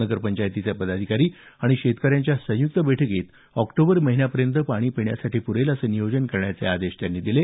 नगरपंचायतीचे पदाधिकारी आणि शेतकऱ्यांच्या संयुक्त बैठकीत ऑक्टोबर महिन्यापर्यंत पाणी पिण्यासाठी पुरेल असं नियोजन करण्याचे आदेश त्यांनी दिले